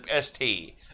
ST